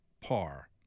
par